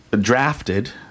drafted